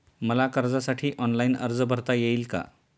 मला कर्जासाठी ऑनलाइन अर्ज भरता येईल का?